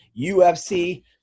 UFC